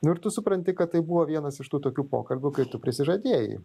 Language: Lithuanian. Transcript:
nu ir tu supranti kad tai buvo vienas iš tų tokių pokalbių kai tu prisižadėjai